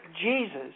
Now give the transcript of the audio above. Jesus